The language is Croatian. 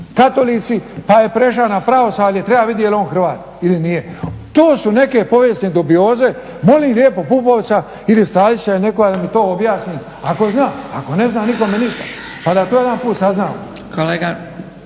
katolici pa je prešao na pravoslavlje, treba vidjet je li on Hrvat ili nije. To su neke povijesne dubioze, molim lijepo Pupovca ili Stazića ili nekoga da mi to objasni, ako zna, ako ne zna, nikome ništa pa da to jedanput saznamo.